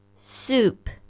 Soup